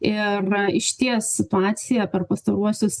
ir išties situacija per pastaruosius